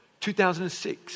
2006